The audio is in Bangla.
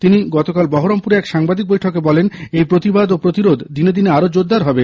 তিনি গতকাল বহরমপুরে এক সাংবাদিক বৈঠকে বলেন এই প্রতিবাদ ও প্রতিরোধ দিনে দিনে আরও জোরদার হবে